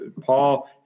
Paul